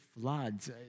floods